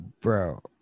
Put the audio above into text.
Bro